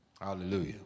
Hallelujah